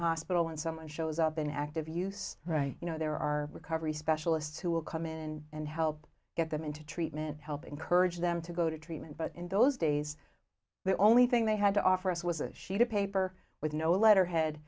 hospital when someone shows up in active use right you know there are recovery specialists who will come in and help get them into treatment help encourage them to go to treatment but in those days the only thing they had to offer us was a sheet of paper with no letterhead